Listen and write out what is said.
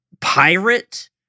pirate